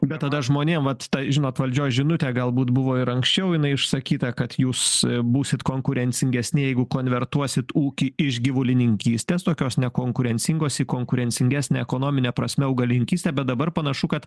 bet tada žmonėm vat ta žinot valdžios žinutė galbūt buvo ir anksčiau jinai išsakyta kad jūs būsit konkurencingesni jeigu konvertuosit ūkį iš gyvulininkystės tokios nekonkurencingos į konkurencingesnę ekonomine prasme augalininkystę bet dabar panašu kad